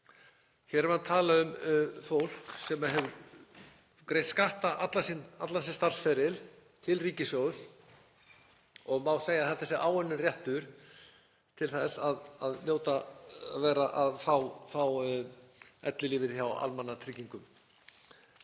Hér erum við að tala um fólk sem hefur greitt skatta allan sinn starfsferil til ríkissjóðs og má segja að þetta sé áunninn réttur til þess að fá ellilífeyri hjá almannatryggingum.